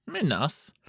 Enough